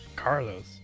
Carlos